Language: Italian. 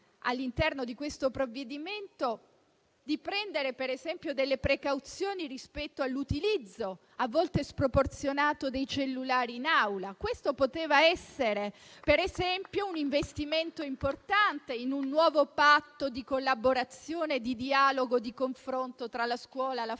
all'interno di questo provvedimento, fossero prese delle precauzioni rispetto all'utilizzo, a volte sproporzionato, dei cellulari in aula. Questo poteva essere un investimento importante, in un nuovo patto di collaborazione, di dialogo e di confronto tra la scuola, la